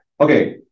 okay